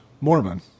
Mormon